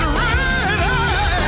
ready